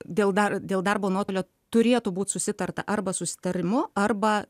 dėl dar dėl darbo nuotolio turėtų būti susitarta arba susitarimu arba